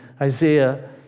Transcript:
Isaiah